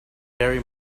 very